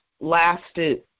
lasted